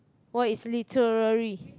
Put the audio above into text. what is literary